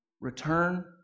return